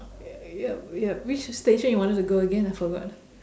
ya yup yup which station you wanted to go again I forgot